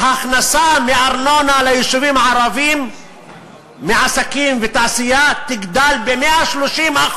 ההכנסה מארנונה ליישובים הערביים מעסקים ותעשייה תגדל ב-130%.